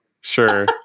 Sure